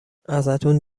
ازتون